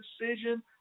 decision